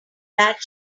that